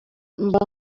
mba